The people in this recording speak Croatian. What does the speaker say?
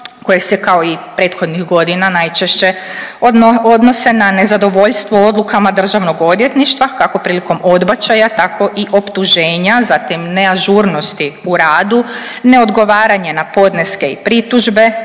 koje se kao i prethodnih godina najčešće odnose na nezadovoljstvo odlukama Državnog odvjetništva kako prilikom odbačaja tako i optuženja, zatim neažurnosti u radu, neodgovaranje na podneske i pritužbe,